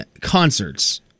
concerts